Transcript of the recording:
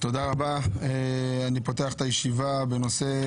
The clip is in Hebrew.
אני פותח את הישיבה בנושא,